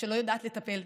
שלא יודעת לטפל.